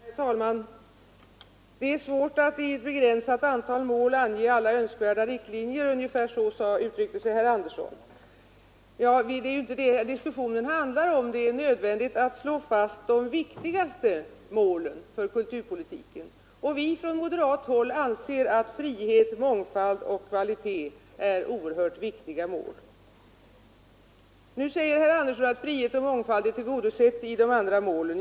Herr talman! Det är svårt att i ett begränsat antal mål ange alla önskvärda riktlinjer — ungefär så uttryckte sig herr Andersson i Lycksele. Men det är inte detta diskussionen handlar om. Det är nödvändigt att slå fast de viktigaste målen för kulturpolitiken. Från moderat håll anser vi att frihet, mångfald och kvalitet är oerhört viktiga mål. Nu säger herr Andersson att önskemålen om frihet och mångfald är tillgodosedda i de andra målen.